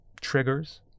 triggers